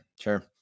sure